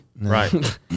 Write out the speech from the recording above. Right